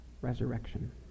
resurrection